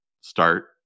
start